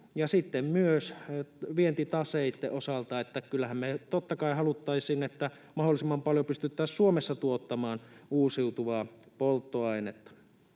sitten myös vientitaseitten osalta. Kyllähän me totta kai haluttaisiin, että mahdollisimman paljon pystyttäisiin Suomessa tuottamaan uusiutuvaa polttoainetta.